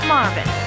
Marvin